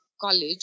College